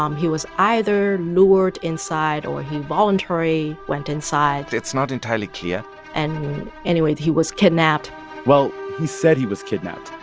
um he was either lured inside, or he voluntary went inside it's not entirely clear and anyway, he was kidnapped well, he said he was kidnapped.